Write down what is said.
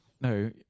No